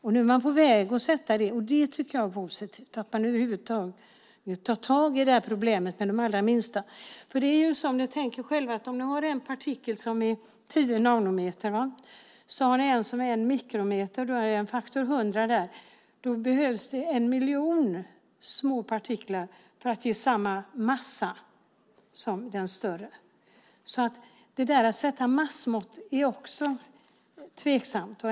Nu är man på väg att sätta den, och jag tycker att det är positivt att man över huvud taget tar tag i problemet med de allra minsta partiklarna. Om ni tänker själva att ni har en partikel som är tio nanometer och så har ni en som är en mikrometer, då är det en faktor 100 där. Det behövs en miljon små partiklar för att ge samma massa som den större. Därför är det också tveksamt att sätta massmått.